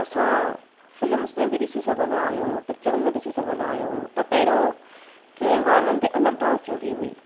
असां फिल्म्स में बि ॾिसी सघंदा आहियूं पिकिचरनि में ॾिसी सघंदा आहियूं त पहिरों कीअं गाननि ते अलॻि डांस थींदी हुई